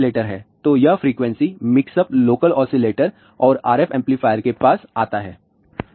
तो यह frequency mix up local oscillator और RF एंपलीफायर के पास आता है